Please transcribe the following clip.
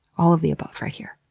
all of the above, right here.